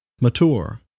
Mature